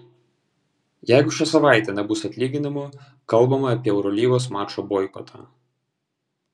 jeigu šią savaitę nebus atlyginimų kalbama apie eurolygos mačo boikotą